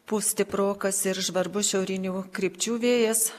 pūs stiprokas ir žvarbus šiaurinių krypčių vėjas